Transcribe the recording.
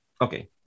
okay